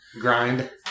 Grind